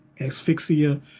asphyxia